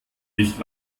ich